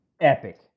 epic